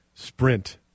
Sprint